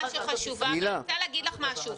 אני רוצה להגיד לך משהו.